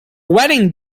wedding